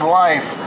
life